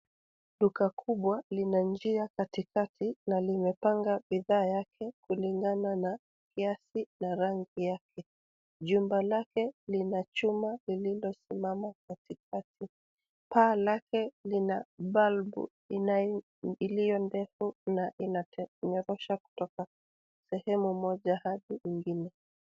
Duka kubwa lina njia katikati na limepanga bidhaa yake kulingana na kiasi na rangi yake. Jumba lake lina chuma lililosimama katikati. Paa lake lina balbu iliyo ndefu na inanyorosha kutoka sehemu moja hadi ingine.